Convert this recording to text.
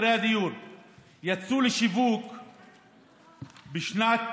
יצאו לשיווק בשנת,